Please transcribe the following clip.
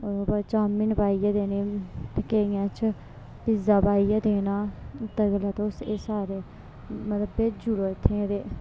chowmein पाइयै देनी ते केइयें च पिज्जा पाइयै देना इत्ता गल्ला तुस मतलब एह् सारे भेजी उड़ो इत्थें ते